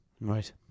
Right